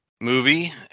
movie